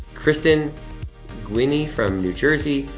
kristen gwinney from new jersey.